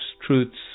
Truth's